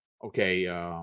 Okay